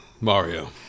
Mario